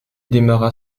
démarra